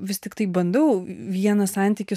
vis tiktai bandau vieną santykį